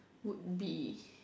would be